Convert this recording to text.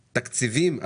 בתקציבים,